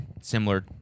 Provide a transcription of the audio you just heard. similar